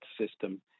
system